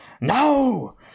No